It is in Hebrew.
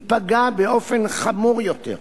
ייפגע באופן חמור יותר.